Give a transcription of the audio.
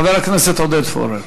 חבר הכנסת עודד פורר.